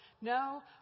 No